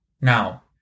Now